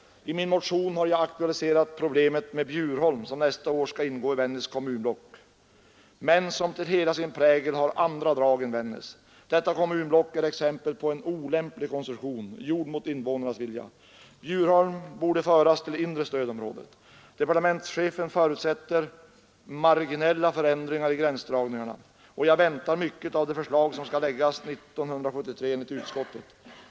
I min motion har jag aktualiserat problemet med Bjurholm, som nästa år skall ingå i Vännäs” kommunblock men som till hela sin prägel har andra drag än Vännäs. Detta kommunblock är exempel på en olämplig konstruktion, gjord mot invånarnas vilja. Bjurholm bör föras till inre stödområdet. Departementschefen förutsätter ”marginella föränd ringar” i gränsdragningarna, och jag väntar mycket av de förslag som skall framläggas 1973 enligt utskottet.